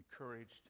encouraged